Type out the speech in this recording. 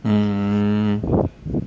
mm